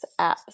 apps